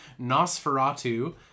Nosferatu